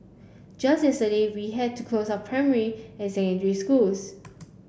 just yesterday we had to close our primary and secondary schools